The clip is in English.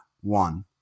one